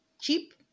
Cheap